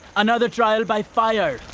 another trial by fire,